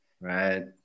right